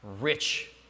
rich